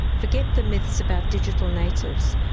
forget the myths about digital natives,